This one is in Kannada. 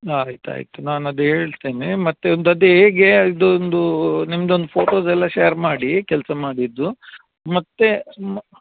ಆಯ್ತು ಆಯ್ತು ನಾನು ಅದು ಹೇಳ್ತೇನೆ ಮತ್ತು ಒಂದು ಅದು ಹೇಗೆ ಅದೊಂದು ನಿಮ್ದೊಂದು ಫೋಟೋಸ್ ಎಲ್ಲ ಶೇರ್ ಮಾಡಿ ಕೆಲಸ ಮಾಡಿದ್ದು ಮತ್ತೆ ಮ